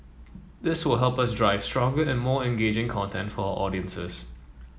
this will help us drive stronger and more engaging content for our audiences